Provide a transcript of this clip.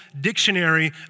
dictionary